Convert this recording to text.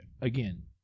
again